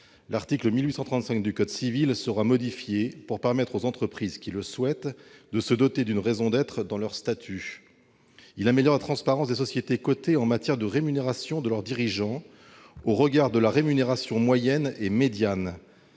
L'article 1835 du code civil sera modifié pour permettre aux entreprises qui le souhaitent de se doter d'une raison d'être dans leurs statuts. Ce chapitre a pour vocation d'améliorer la transparence des sociétés cotées en matière de rémunération de leurs dirigeants au regard de la rémunération moyenne et médiane.